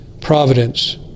providence